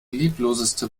liebloseste